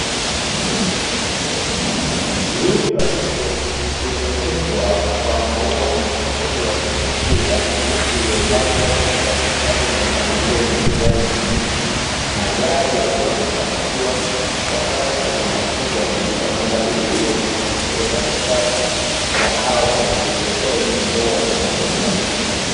Viunga vilivyotengenezwa kwa maua mazuri ya kuvutia, miti iliyopandwa katika ustadi na mpangilio wenye kijani kibichi, magari yakiwa yamepakiwa wakati kuna wanafunzi wanapita. Mandhari hii huonyesha shule za kisasa za awali zinazotoa elimu bora na ya ufanisi.